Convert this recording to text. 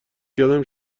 کردم